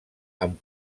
amb